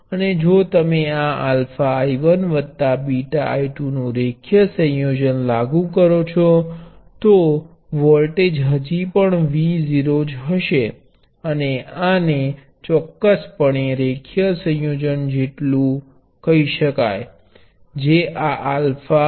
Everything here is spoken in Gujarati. અને જો તમે આ αI1 βI2 નું રેખીય સંયોજન લાગુ કરો છો તો વોલ્ટેજ હજી પણ V0 હશે અને આ ચોક્કસપણે રેખીય સંયોજન જેટલું નથી જે આ α Vβ છે